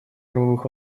правовых